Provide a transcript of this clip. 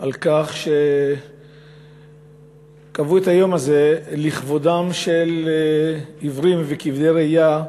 על כך שקבעו את היום הזה לכבודם של עיוורים וכבדי ראייה,